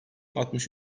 altmış